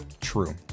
true